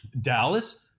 dallas